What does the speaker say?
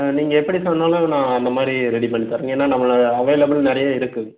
ஆ நீங்கள் எப்படி சொன்னாலும் நான் அந்தமாதிரி ரெடி பண்ணித் தரேங்க ஏன்னா நம்மளை அவைலபிள் நிறையா இருக்கு